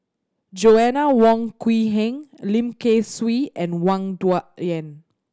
Joanna Wong Quee Heng Lim Kay Siu and Wang Dayuan